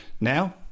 Now